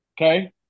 okay